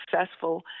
successful